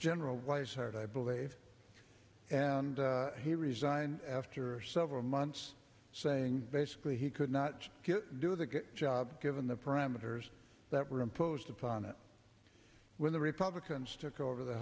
general was hired i believe and he resigned after several months saying basically he could not do the job given the parameters that were imposed upon it when the republicans took over the